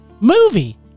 Movie